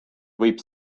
võib